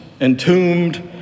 entombed